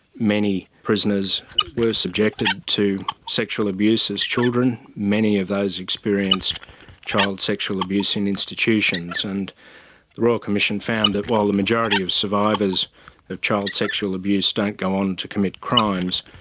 many prisoners were subjected to sexual abuse as children. many of those experienced child sexual abuse in institutions, and the royal commission found that while the majority of survivors of child sexual abuse don't go on to commit crimes,